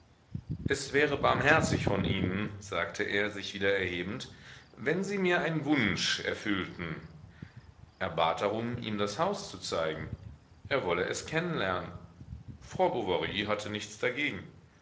es wäre barmherzig von ihnen sagte er sich wieder erhebend wenn sie mir einen wunsch erfüllten er bat darum ihm das haus zu zeigen er wolle es kennen lernen frau bovary hatte nichts dagegen